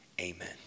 amen